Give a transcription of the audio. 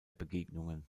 begegnungen